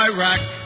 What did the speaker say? Iraq